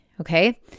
okay